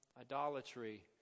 idolatry